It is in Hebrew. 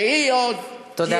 שהיא עוד, תודה.